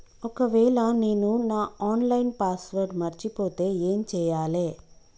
ఒకవేళ నేను నా ఆన్ లైన్ పాస్వర్డ్ మర్చిపోతే ఏం చేయాలే?